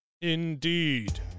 indeed